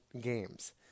games